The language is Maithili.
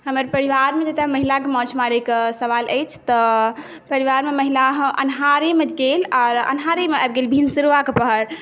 हमर परिवारमे जतय महिला के माछ मारै के सवाल अछि तँ परिवारमे महिला अन्हारेमे गेल आ अन्हारेमे आबि गेल भिन्सरवा के पहर